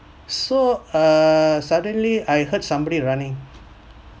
so uh suddenly I heard somebody running